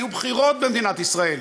יהיו בחירות במדינת ישראל,